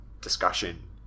discussion